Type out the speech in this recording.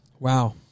Wow